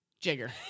Jigger